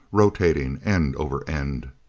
rotating, end over end.